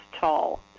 tall